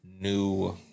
new